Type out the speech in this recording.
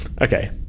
okay